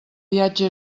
viatge